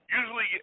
usually